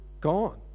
gone